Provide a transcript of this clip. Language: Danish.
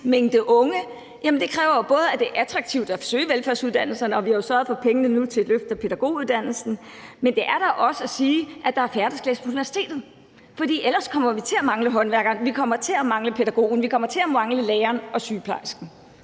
mængde unge, kræver det, at det er attraktivt at søge velfærdsuddannelserne, og vi har jo nu sørget for pengene til et løft af pædagoguddannelsen. Men det er da også at sige, at der er færre, der skal læse på universitetet. For ellers kommer vi til at mangle håndværkeren, vi kommer til at mangle pædagogen, vi kommer til at mangle læreren og sygeplejersken.